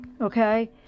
Okay